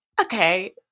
Okay